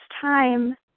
time